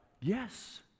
Yes